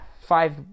five